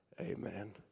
Amen